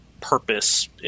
purpose